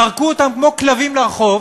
זרקו אותם כמו כלבים לרחוב,